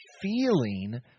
feeling